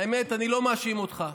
האמת, אני לא מאשים אותך.